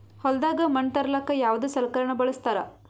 ಹೊಲದಾಗ ಮಣ್ ತರಲಾಕ ಯಾವದ ಸಲಕರಣ ಬಳಸತಾರ?